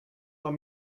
but